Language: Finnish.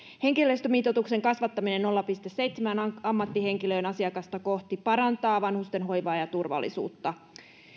henkilöstömitoituksen kasvattaminen nolla pilkku seitsemään ammattihenkilöön asiakasta kohti parantaa vanhustenhoivaa ja ja turvallisuutta